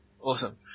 Awesome